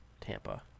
Tampa